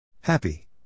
Happy